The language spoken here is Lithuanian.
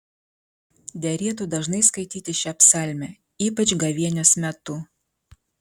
derėtų dažnai skaityti šią psalmę ypač gavėnios metu